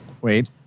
Wait